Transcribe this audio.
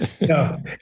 No